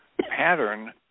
pattern